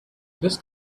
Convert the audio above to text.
this